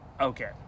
Okay